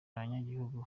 abanyagihugu